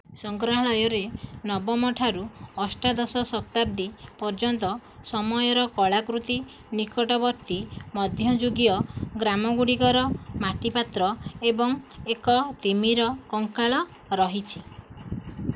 ସଂଗ୍ରହାଳୟରେ ନବମଠାରୁ ଅଷ୍ଟାଦଶ ଶତାବ୍ଦୀ ପର୍ଯ୍ୟନ୍ତ ସମୟର କଳାକୃତି ନିକଟବର୍ତ୍ତୀ ମଧ୍ୟଯୁଗୀୟ ଗ୍ରାମଗୁଡ଼ିକର ମାଟି ପାତ୍ର ଏବଂ ଏକ ତିମିର କଙ୍କାଳ ରହିଛି